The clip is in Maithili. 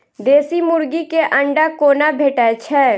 देसी मुर्गी केँ अंडा कोना भेटय छै?